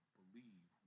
believe